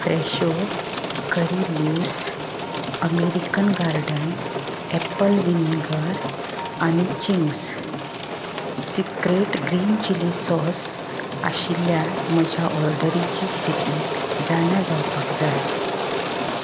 फ्रॅशो curry leaves American garden apple vinegar आनी Ching's secret green chilli sauce आशिल्ल्या म्हज्या ऑर्डरीची स्थिती जाणा जावपाक जाय